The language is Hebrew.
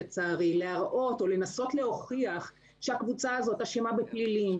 להראות או לנסות להוכיח שהקבוצה הזאת אשמה בפלילים,